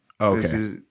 Okay